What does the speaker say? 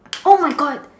oh my God